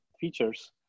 features